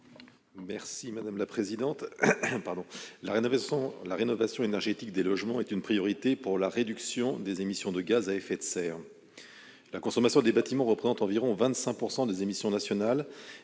M. Martin Lévrier. La rénovation énergétique des logements est une priorité pour la réduction des émissions de gaz à effet de serre. La consommation d'énergie des bâtiments représente environ 25 % des émissions nationales